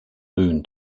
boon